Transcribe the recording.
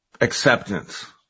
acceptance